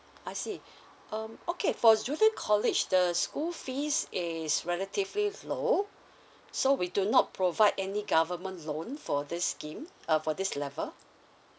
I see um okay for junior college the school fees is relatively low so we do not provide any government loan for this scheme uh for this level